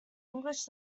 english